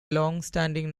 longstanding